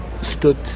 stood